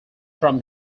from